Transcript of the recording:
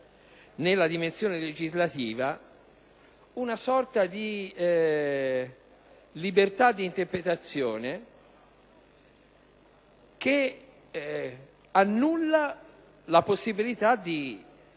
nella dimensione legislativa una sorta di libertà di interpretazione e si annulla la possibilità di